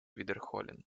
wiederholen